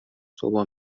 صبحها